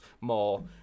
more